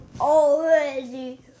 already